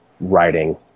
writing